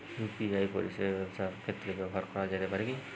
UPI পরিষেবা ব্যবসার ক্ষেত্রে ব্যবহার করা যেতে পারে কি?